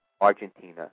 Argentina